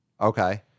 Okay